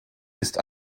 ist